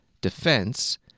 Defense